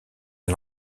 est